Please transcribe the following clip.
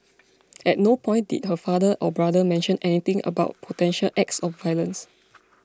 at no point did her father or brother mention anything about potential acts of violence